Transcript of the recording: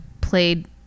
played